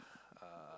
uh